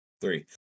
Three